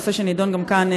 נושא שנידון גם כאן,